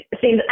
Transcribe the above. seems